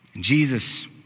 Jesus